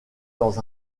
dans